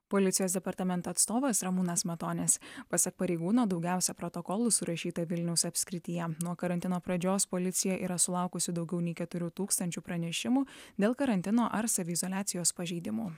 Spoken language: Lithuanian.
policijos departamento atstovas ramūnas matonis pasak pareigūno daugiausia protokolų surašyta vilniaus apskrityje nuo karantino pradžios policija yra sulaukusi daugiau nei keturių tūkstančių pranešimų dėl karantino ar saviizoliacijos pažeidimų